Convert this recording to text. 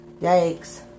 yikes